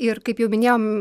ir kaip jau minėjom